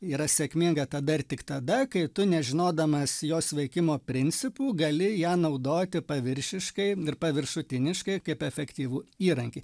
yra sėkminga tada ir tik tada kai tu nežinodamas jos veikimo principų gali ją naudoti paviršiškai ir paviršutiniškai kaip efektyvų įrankį